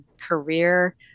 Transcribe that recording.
career